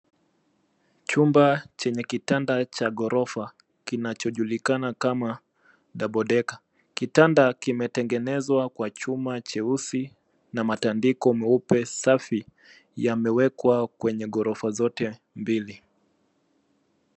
Chumba chenye kitanda cha ghorofa kinachojulikana kama double decker .Kitanda kimetengenezwa kwa chuma cheusi na matandiko meupe safi yamewekwa kwenye ghorofa zote mbili.